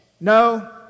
No